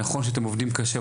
נכון שאתם עובדים קשה.